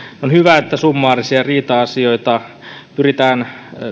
on hyvä että summaaristen riita asioiden käsittelyä pyritään